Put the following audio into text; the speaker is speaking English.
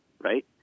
Right